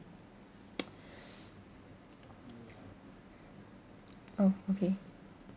oh okay